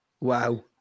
Wow